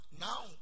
now